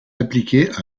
appliquer